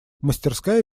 мастерская